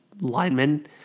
linemen